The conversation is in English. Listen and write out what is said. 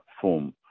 form